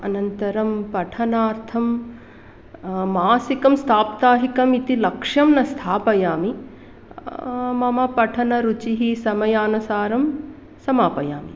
अनन्तरं पठनार्थं मासिकं साप्ताहिकम् इति लक्ष्यं न स्थापयामि मम पठनरुचिः समयानुसारं समापयामि